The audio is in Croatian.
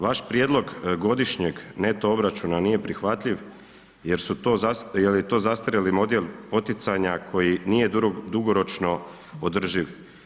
Vaš prijedlog godišnjeg neto obračuna nije prihvatljiv jer je to zastarjeli model poticanja koji nije dugoročno održiv.